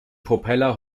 propeller